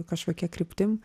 kažkokia kryptim